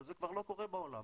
אבל זה כבר לא קורה בעולם,